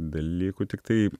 dalykų tiktai